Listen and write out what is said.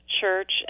church